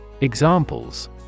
Examples